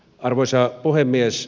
arvoisa puhemies